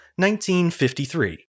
1953